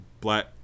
black